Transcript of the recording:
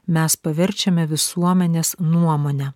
mes paverčiame visuomenės nuomone